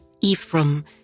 Ephraim